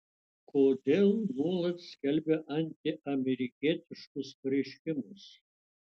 kodėl nuolat skelbia antiamerikietiškus pareiškimus